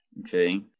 Okay